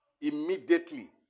immediately